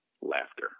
laughter